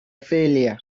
failure